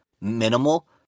minimal